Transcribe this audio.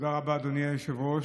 תודה רבה, אדוני היושב-ראש.